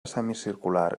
semicircular